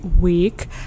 week